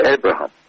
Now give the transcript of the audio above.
Abraham